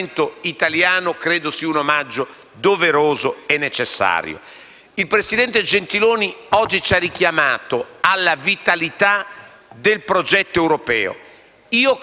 Il presidente Gentiloni Silveri oggi ci ha richiamato alla vitalità del progetto europeo. Credo che in termini geopolitici noi dobbiamo considerare due cose,